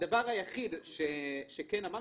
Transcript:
הדבר היחיד שכן אמרנו,